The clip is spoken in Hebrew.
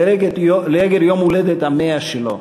לרגל יום ההולדת ה-100 שלו.